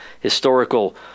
historical